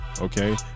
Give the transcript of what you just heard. okay